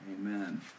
Amen